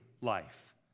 life